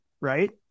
right